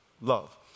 love